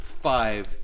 five